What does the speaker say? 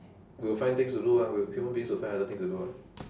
we'll find things to do mah we human beings will find other things to do ah